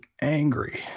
angry